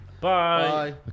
Bye